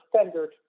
standard